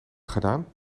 gedaan